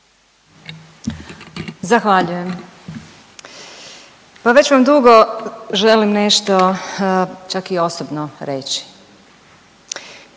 Zahvaljujem. Pa već vam dugo želim nešto čak i osobno reći.